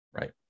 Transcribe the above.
Right